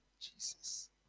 Jesus